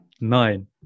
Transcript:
Nine